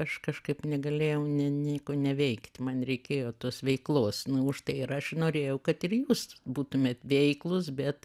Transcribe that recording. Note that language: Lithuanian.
aš kažkaip negalėjau ne nieko neveikt man reikėjo tos veiklos nu užtai ir aš norėjau kad ir jūs būtumėt veiklūs bet